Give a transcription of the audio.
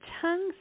tongues